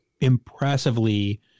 impressively